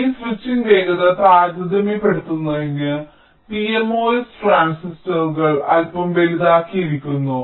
ഈ സ്വിച്ചിംഗ് വേഗത താരതമ്യപ്പെടുത്തുന്നതിന് pMOS ട്രാൻസിസ്റ്ററുകൾ അല്പം വലുതാക്കിയിരിക്കുന്നു